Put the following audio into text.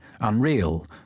unreal